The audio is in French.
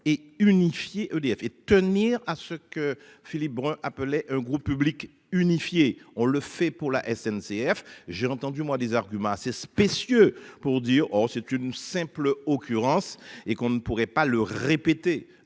et unifié EDF, et tenir à ce que Philippe Brun. Un groupe public unifié. On le fait pour la SNCF. J'ai entendu moi des arguments assez spécieux pour dire c'est une simple occurrence et qu'on ne pourrait pas le répéter.